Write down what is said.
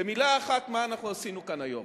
במלה אחת, מה עשינו כאן היום?